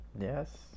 Yes